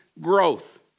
growth